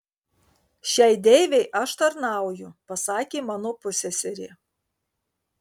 šiai deivei aš tarnauju pasakė mano pusseserė